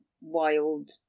wild